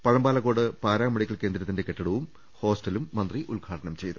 Pazhampalakode paramedical കേന്ദ്രത്തിന്റെ കെട്ടിടവും ഹോസ്റ്റലും മന്ത്രി ഉദ്ഘാടനം ചെയ്തു